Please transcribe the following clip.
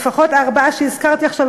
לפחות הארבעה שהזכרתי עכשיו,